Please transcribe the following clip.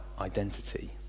identity